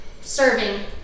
serving